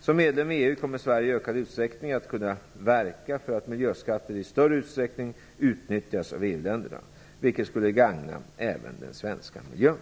Som medlem i EU kommer Sverige i ökad utsträckning att kunna verka för att miljöskatter i större utsträckning utnyttjas av EU-länderna, vilket skulle gagna även den svenska miljön.